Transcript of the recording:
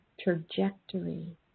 trajectory